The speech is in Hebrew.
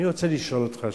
אני רוצה לשאול אותך שאלה: